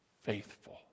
Faithful